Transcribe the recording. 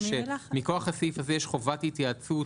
שמכוח הסעיף הזה יש חובת התייעצות